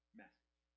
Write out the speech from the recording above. message